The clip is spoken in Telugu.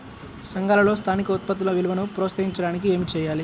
సంఘాలలో స్థానిక ఉత్పత్తుల విలువను ప్రోత్సహించడానికి ఏమి చేయాలి?